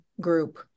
group